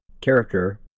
character